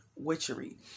witchery